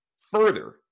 Further